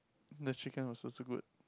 the chicken was also good